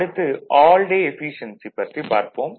அடுத்து all day efficiency பற்றி பார்ப்போம்